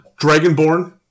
Dragonborn